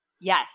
Yes